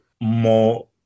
more